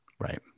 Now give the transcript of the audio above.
Right